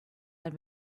ein